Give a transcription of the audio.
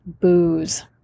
booze